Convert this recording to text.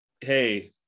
Hey